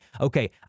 okay